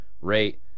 rate